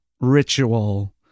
ritual